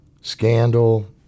Scandal